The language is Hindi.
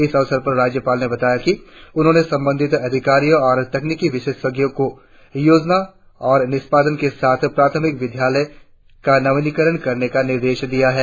इस अवसर पर राज्यपाल ने बताया कि उन्होंने संबंधित अधिकारियों और तकनीकी विशेषज्ञो को प्राथमिक वास्तुकला की योजना और निष्पादन के साथ प्राथमिक विद्यालय का नवीनीकरण करने का निर्देश दिया है